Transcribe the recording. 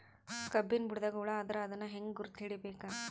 ಕಬ್ಬಿನ್ ಬುಡದಾಗ ಹುಳ ಆದರ ಅದನ್ ಹೆಂಗ್ ಗುರುತ ಹಿಡಿಬೇಕ?